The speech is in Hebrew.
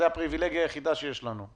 זאת הפריבילגיה היחידה שיש לנו.